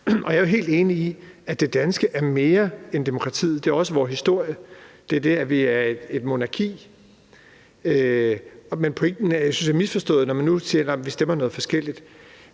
jeg er helt enig i, at det danske er mere end demokratiet; det er også vor historie, det er det, at vi er et monarki. Men pointen synes jeg er misforstået, når man nu taler om at stemme noget forskelligt.